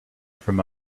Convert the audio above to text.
from